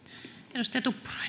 arvoisa